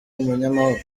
umunyamahoro